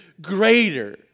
greater